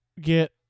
get